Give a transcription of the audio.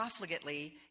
profligately